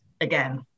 again